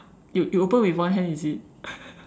you you open with one hand is it